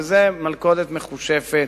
וזו מלכודת מכושפת.